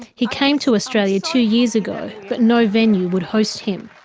he came to australia two years ago but no venue would host him.